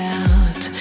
out